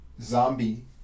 zombie